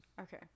Okay